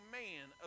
man